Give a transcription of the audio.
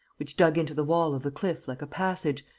which dug into the wall of the cliff like a passage,